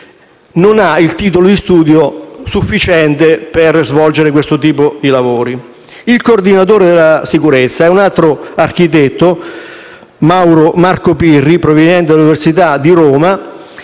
non ha il titolo di studio idoneo allo svolgimento di questo tipo di lavori. Il coordinatore della sicurezza è un altro architetto, Marco Pirri, proveniente dall'università di Roma;